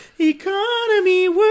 economy